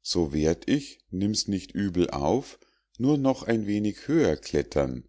so werd ich nimm's nicht übel auf nur noch ein wenig höher klettern